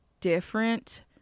different